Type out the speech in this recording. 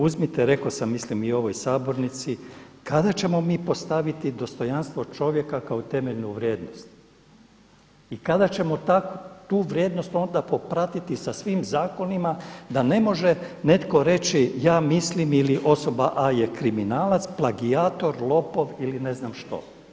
Uzmite rekao sam mislim i u ovoj Sabornici kada ćemo mi postaviti dostojanstvo čovjeka kao temeljnu vrijednost i kada ćemo tu vrijednost onda popratiti sa svim zakonima da ne može netko reći ja mislim ili osoba A je kriminalac, plagijator, lopov ili ne znam što.